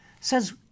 says